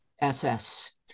SS